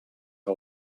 que